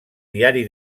diari